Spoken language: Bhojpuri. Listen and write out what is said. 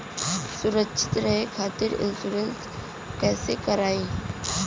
सुरक्षित रहे खातीर इन्शुरन्स कईसे करायी?